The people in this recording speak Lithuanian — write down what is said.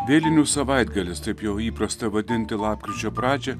vėlinių savaitgalis taip jau įprasta vadinti lapkričio pradžią